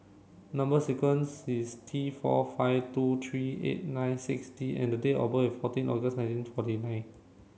number sequence is T four five two three eight nine six D and date of birth is fourteen August nineteen forty nine